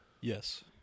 Yes